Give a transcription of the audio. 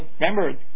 remember